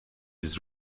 his